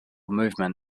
movement